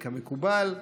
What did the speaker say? כמקובל.